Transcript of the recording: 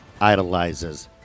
idolizes